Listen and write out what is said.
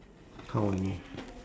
how I know